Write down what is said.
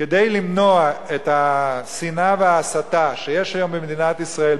כדי למנוע את השנאה וההסתה שיש היום במדינת ישראל,